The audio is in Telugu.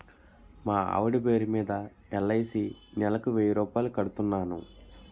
మా ఆవిడ పేరు మీద ఎల్.ఐ.సి నెలకు వెయ్యి రూపాయలు కడుతున్నాను